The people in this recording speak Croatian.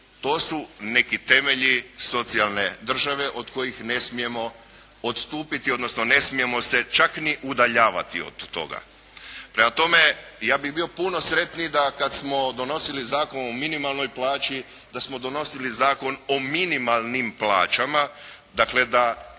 To su neki temelji socijalne države od kojih ne smijemo odstupiti, odnosno ne smijemo se čak ni udaljavati od toga. Prema tome, ja bih bio puno sretniji da kad smo donosili Zakon o minimalnoj plaći, da smo donosili Zakon o minimalnim plaćama, dakle da